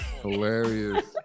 Hilarious